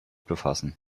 befassen